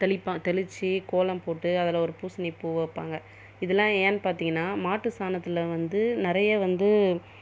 தெளிப்பா தெளித்து கோலம் போட்டு அதில் ஒரு பூசணிப்பூ வைப்பாங்க இதெல்லாம் ஏன்னு பார்த்தீங்கன்னா மாட்டு சாணத்தில் வந்து நிறைய வந்து